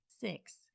six